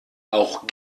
auch